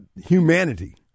humanity